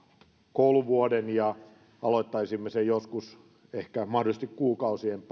kouluvuoden ja aloittaisimme sen joskus ehkä mahdollisesti kuukausien